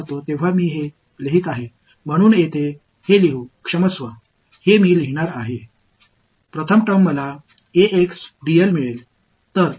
எனவே இது மிகச் சிறிய உறுப்பு எப்படியிருந்தாலும் நாம் வரம்பை எடுக்கப் போகிறோம் பூஜியம் ஆகப்போகிறது